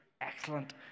excellent